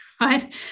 right